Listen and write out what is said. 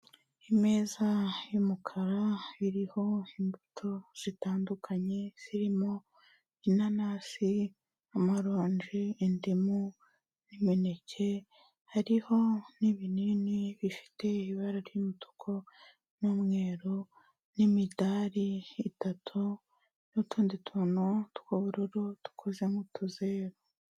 Imeza y'umukara iriho imbuto zitandukanye zirimo inanasi, amaronji, indimu n'imineke, hariho n'ibinini bifite ibara ry'umutuku n'umweru n'imidari itatu n'utundi tuntu tw'ubururu dukoze mu tuzeru.